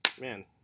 Man